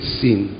sin